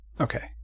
Okay